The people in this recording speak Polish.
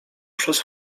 przez